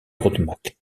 rodemack